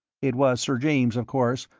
it was sir james, of course,